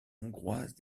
hongroise